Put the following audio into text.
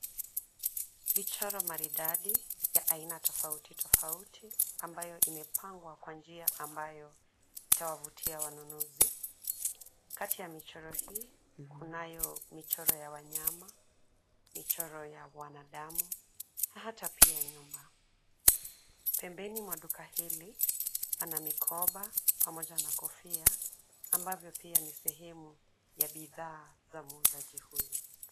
Michoro maridadi ya aina tofauti tofauti ambayo imepangwa kwa njia ambayo itawavutia wanunuzi. Kati ya michoro hii kunayo michoro ya wanyama, michoro ya wanadamu na hata pia nyumba. Pembeni mwa duka hili pana mikoba pamoja na kofia ambavyo pia ni sehemu ya bidhaa za muuzaji huyu.